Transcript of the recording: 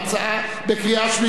בקריאה שלישית,